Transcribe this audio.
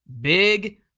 big